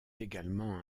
également